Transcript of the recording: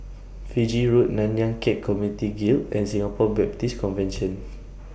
Fiji Road Nanyang Khek Community Guild and Singapore Baptist Convention